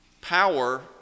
Power